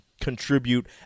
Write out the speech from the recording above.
contribute